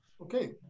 Okay